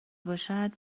باشد